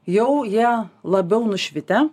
jau jie labiau nušvitę